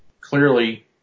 clearly